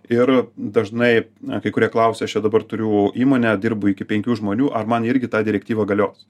ir dažnai kai kurie klausia aš čia dabar turiu įmonę dirbu iki penkių žmonių ar man irgi ta direktyva galios